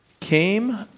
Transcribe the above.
came